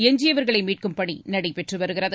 எஞ்சியவர்களை மீட்கும் பணி நடைபெற்று வருகிறது